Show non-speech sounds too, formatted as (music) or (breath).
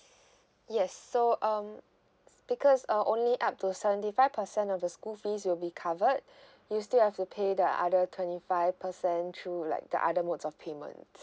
yes so um because uh only up to seventy five percent of the school fees will be covered (breath) you still have to pay the other twenty five percent through like the other modes of payments